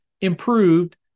Improved